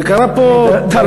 וקרה פה תרגיל,